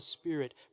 Spirit